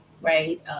right